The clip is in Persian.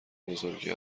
بزرگی